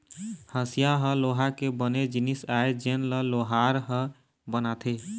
हँसिया ह लोहा के बने जिनिस आय जेन ल लोहार ह बनाथे